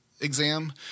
exam